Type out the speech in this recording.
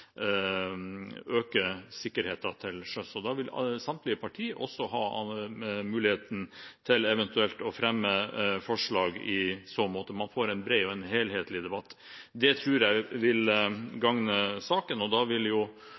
øke sikkerheten til sjøs. Da vil samtlige partier også ha muligheten til eventuelt å fremme forslag i så måte – man får en bred og helhetlig debatt. Det tror jeg vil gagne saken, og da vil